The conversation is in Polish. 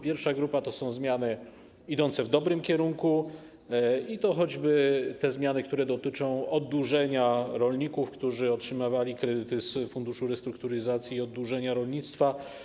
Pierwsza grupa to zmiany idące w dobrym kierunku i są to choćby te dotyczące oddłużenia rolników, którzy otrzymywali kredyty z Funduszu Restrukturyzacji i Oddłużenia Rolnictwa.